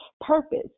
purpose